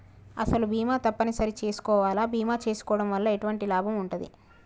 అసలు బీమా తప్పని సరి చేసుకోవాలా? బీమా చేసుకోవడం వల్ల ఎటువంటి లాభం ఉంటది?